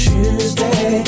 Tuesday